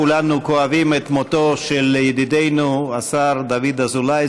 כולנו כואבים את מותו של ידידנו השר דוד אזולאי,